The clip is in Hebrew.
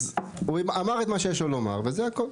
אז הוא אמר את מה שיש לו לומר וזה הכל.